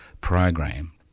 program